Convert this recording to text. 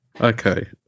Okay